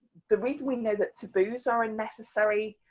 the reason we know that taboos are a necessary,